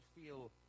feel